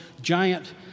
giant